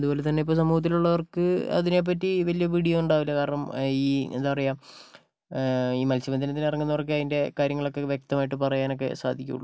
അതുപോലെ തന്നെ ഇപ്പം സമൂഹത്തിലുള്ളവർക്ക് അതിനെപ്പറ്റി വലിയ പിടിയുണ്ടാവില്ല കാരണം ഈ എന്താ പറയുക ഈ മത്സ്യബന്ധനത്തിൽ ഇറങ്ങുന്നവർക്കേ അതിൻ്റെ കാര്യങ്ങളൊക്കെ വ്യക്തമായിട്ട് പറയാനൊക്കെ സാധിക്കുകയുള്ളൂ